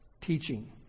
teaching